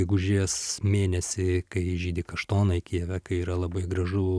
atsidaryti gegužės mėnesį kai žydi kaštonai kijive kai yra labai gražu